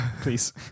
please